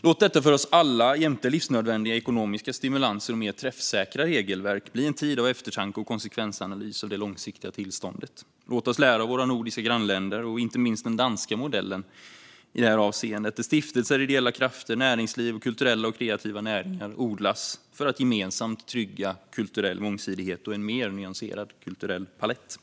Låt detta för oss alla, jämte livsnödvändiga ekonomiska stimulanser och mer träffsäkra regelverk, bli en tid av eftertanke och konsekvensanalys av det långsiktiga tillståndet. Låt oss lära av våra nordiska grannländer och inte minst den danska modellen i det här avseendet, där stiftelser, ideella krafter, näringsliv och kulturella och kreativa näringar odlas för att gemensamt trygga kulturell mångsidighet och en mer nyanserad kulturell palett.